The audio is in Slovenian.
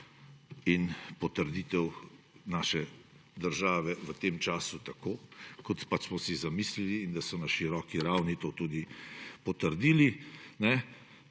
in potrditev naše države v tem času, tako kot pač smo si zamislili, in da so na široki ravni to tudi potrdili.